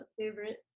favorite